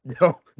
no